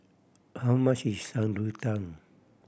how much is Shan Rui Tang